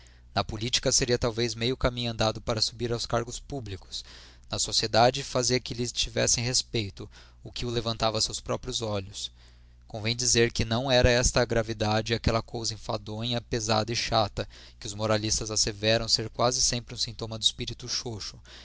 na política seria talvez meio caminho andado para subir aos cargos públicos na sociedade fazia que lhe tivessem respeito o que o levantava a seus próprios olhos convém dizer que não era essa gravidade aquela coisa enfadonha pesada e chata que os moralistas asseveram ser quase sempre um sintoma de espírito